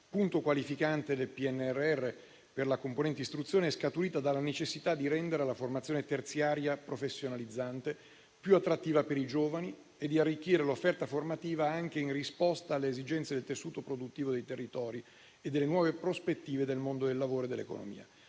punto qualificante del PNRR per la componente istruzione, è scaturita dalla necessità di rendere la formazione terziaria professionalizzante più attrattiva per i giovani e di arricchire l'offerta formativa, anche in risposta alle esigenze del tessuto produttivo dei territori e delle nuove prospettive del mondo del lavoro e dell'economia.